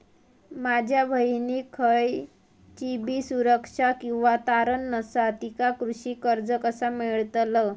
माझ्या बहिणीक खयचीबी सुरक्षा किंवा तारण नसा तिका कृषी कर्ज कसा मेळतल?